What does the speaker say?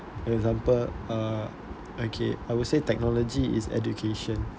example uh okay I will say technology is education